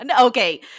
okay